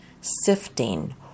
sifting